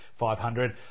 500